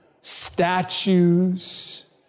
Statues